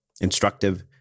instructive